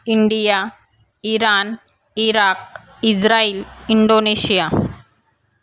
India Iran Iraq Israel Indonesia